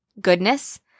goodness